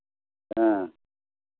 हाँ